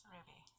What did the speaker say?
Ruby